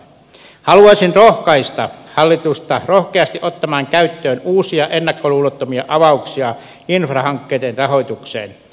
haluaisin rohkaista hallitusta rohkeasti ottamaan käyttöön uusia ennakkoluulottomia avauksia infrahankkeiden rahoitukseen